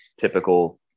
typical